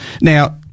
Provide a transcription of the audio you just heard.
now